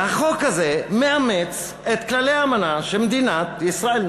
והחוק הזה מאמץ את כללי האמנה שמדינת ישראל,